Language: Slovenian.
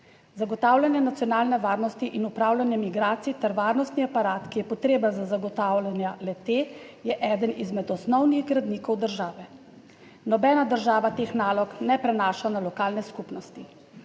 Zagotavljanje nacionalne varnosti in upravljanje migracij ter varnostni aparat, ki je potreben za zagotavljanje le-te, je eden izmed osnovnih gradnikov države. Nobena država teh nalog ne prenaša na lokalne skupnosti.